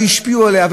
והשפיעו עליה,